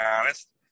honest